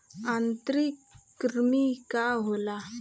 आंतरिक कृमि का होला?